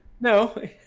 No